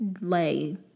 lay